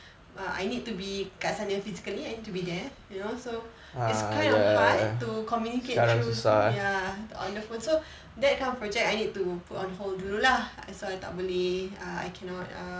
err I need to be kat sana physically to be there you know so it's kind of hard to communicate through ya on the phone so that kind of project I need to put on hold dulu lah so I tak boleh I cannot err